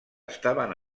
estaven